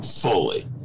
fully